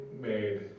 made